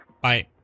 Bye